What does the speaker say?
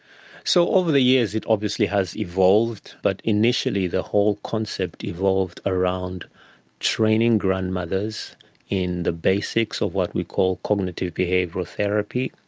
so over the years it obviously has evolved, but initially the whole concept evolved around training grandmothers in the basics of what we call cognitive behavioural therapy,